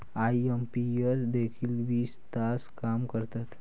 IMPS देखील वीस तास काम करतात?